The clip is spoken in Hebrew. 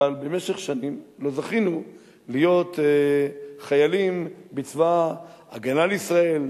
אבל במשך שנים לא זכינו להיות חיילים בצבא-הגנה לישראל,